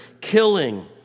killing